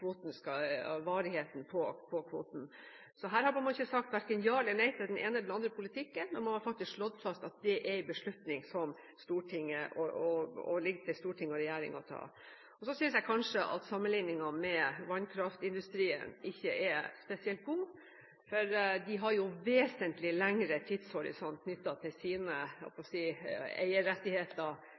varigheten på kvotene. Så her har man sagt verken ja eller nei til den ene eller den andre politikken, og man har faktisk slått fast at dette er en beslutning som det ligger til storting og regjering å ta. Så synes jeg kanskje at sammenligningen med vannkraftindustrien ikke er spesielt god, for de har vesentlig lengre tidshorisont knyttet til sine